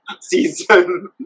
season